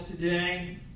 today